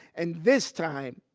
and this time,